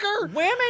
Women